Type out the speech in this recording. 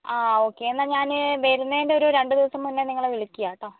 ആ ഓക്കേ എന്നാൽ ഞാൻ വരുന്നതിന്റെ ഒരു രണ്ടുദിവസം മുന്നേ നിങ്ങളെ വിളിക്കാം കേട്ടോ